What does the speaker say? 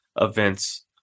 events